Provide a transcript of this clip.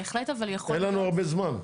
בהחלט אבל יכול להיות --- אין לנו הרבה זמן.